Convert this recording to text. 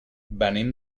venim